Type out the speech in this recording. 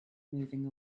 moving